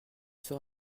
sera